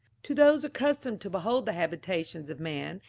to those accustomed to behold the habitations of man,